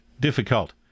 difficult